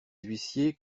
huissiers